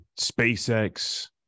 SpaceX